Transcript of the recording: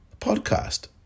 Podcast